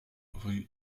rue